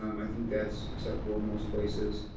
um i think that's acceptable in most places.